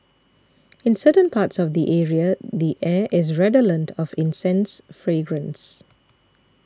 in certain parts of the area the air is redolent of incense fragrance